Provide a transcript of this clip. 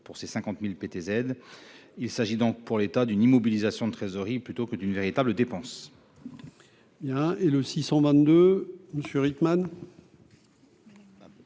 pour ces 50 000 PTZ-m. Il s'agit donc plus d'une immobilisation de trésorerie que d'une véritable dépense